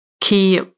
key